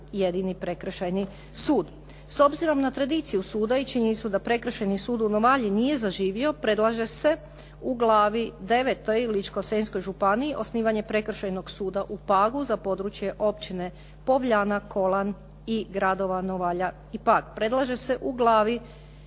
jedini prekršajni sud. S obzirom na tradiciju suda i činjenicu da Prekršajni sud u Novalji nije zaživio predlaže se u glavi IX u Ličko-senjskoj županiji osnivanje Prekršajnog suda u Pagu za područje općine Povljana, Kolan i gradova Novalja i Pag.